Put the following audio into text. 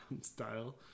style